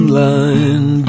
line